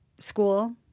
school